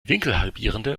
winkelhalbierende